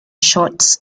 shots